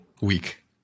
week